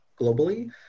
globally